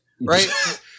right